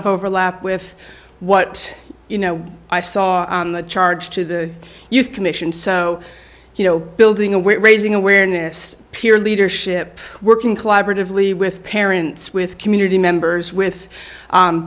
of overlap with what you know i saw the charge to the youth commission so you know building a we're raising awareness peer leadership working collaboratively with parents with community members with